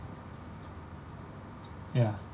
ya